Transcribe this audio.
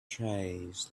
trays